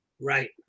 Right